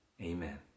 Amen